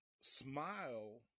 Smile